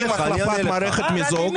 האם החלפת מערכת מיזוג --- ולדימיר,